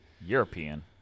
European